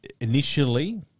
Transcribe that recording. Initially